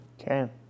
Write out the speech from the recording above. Okay